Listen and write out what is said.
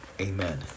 amen